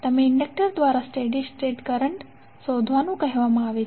તમને ઇન્ડેક્ટર દ્વારા steady state current શોધવાનું કહેવામાં આવે છે